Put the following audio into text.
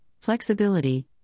flexibility